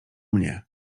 mnie